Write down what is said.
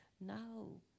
no